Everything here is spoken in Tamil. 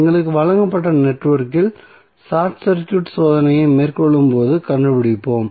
எங்களுக்கு வழங்கப்பட்ட நெட்வொர்க்கில் ஷார்ட் சர்க்யூட் சோதனையை மேற்கொள்ளும்போது கண்டுபிடிப்போம்